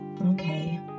Okay